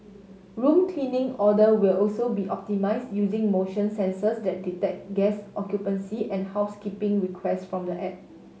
room cleaning order will also be optimised using motion sensors that detect guest occupancy and housekeeping request from the app